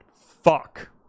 fuck